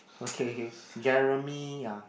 okay Jeremy ah